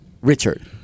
Richard